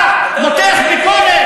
להגיב?